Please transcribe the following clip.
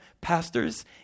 pastors